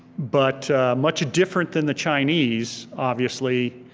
but much different than the chinese, obviously,